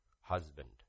husband